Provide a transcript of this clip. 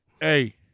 Hey